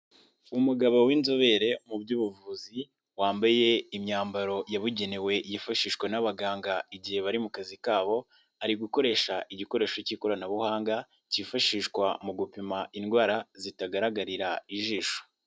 Umugabo w'inzobere mu by'ubuvuzi wambaye imyambaro yabugenewe yifashishwa n'abaganga igihe bari mu kazi kabo, ari gukoresha igikoresho k'ikoranabuhanga kifashishwa mu gupima indwara zitagaragarira ijisho.